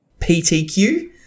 PTQ